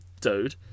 dude